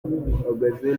buhagaze